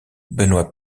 benoit